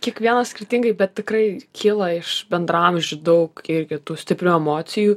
kiekvienas skirtingai bet tikrai kyla iš bendraamžių daug ir kitų stiprių emocijų